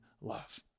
love